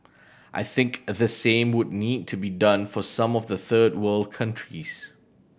I think the same would need to be done for some of the third world countries